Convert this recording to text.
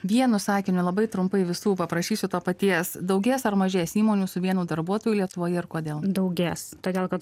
vienu sakiniu labai trumpai visų paprašysiu to paties daugės ar mažės įmonių su vienu darbuotoju lietuvoje ir kodėl daugės todėl kad